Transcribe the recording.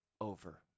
over